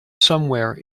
somewhere